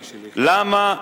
למה,